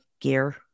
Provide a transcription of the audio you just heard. gear